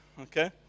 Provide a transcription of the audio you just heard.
okay